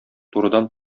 турыдан